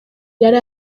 yari